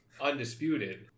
undisputed